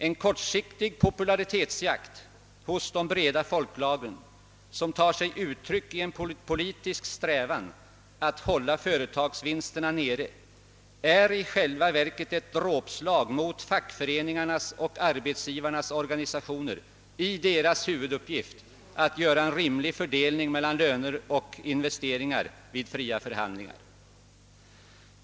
En kortsiktig popularitetsjakt hos de breda folklagren, som tar sig uttryck i en politisk strävan att hålla företagsvinsterna nere, är i själva verket ett dråpslag mot fackföreningarnas och arbetsgivarnas organisationer i deras huvuduppgifter att göra en rimlig fördelning mellan löner och investeringar vid fria förhandlingar.